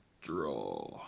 Draw